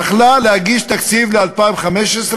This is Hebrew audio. היא הייתה יכולה להגיש תקציב ל-2015,